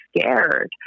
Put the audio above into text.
scared